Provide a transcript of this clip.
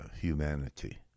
humanity